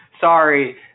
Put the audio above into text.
Sorry